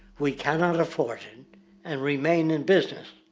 we cannot afford it and and remain in business.